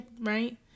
Right